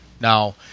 now